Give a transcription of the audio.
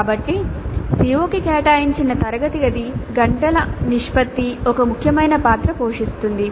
కాబట్టి CO కి కేటాయించిన తరగతి గది గంటల నిష్పత్తి ఒక ముఖ్యమైన పాత్ర పోషిస్తుంది